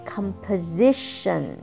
Composition